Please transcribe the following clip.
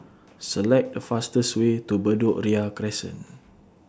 Select The fastest Way to Bedok Ria Crescent